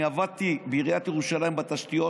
אני עבדתי בעיריית ירושלים בתשתיות